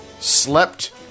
Slept